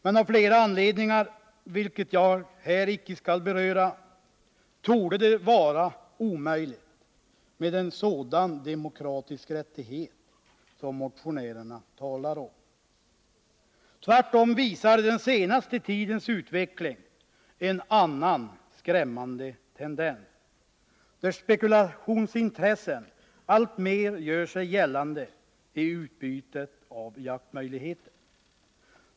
Men av flera anledningar, vilka jag här inte skall beröra, torde det vara omöjligt med en sådan demokratisk rättighet som motionärerna talar om. Tvärtom visar den senaste tidens utveckling en annan, skrämmande tendens, där spekulationsintressen alltmer gör sig gällande i utbudet av jaktmöjligheter.